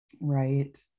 right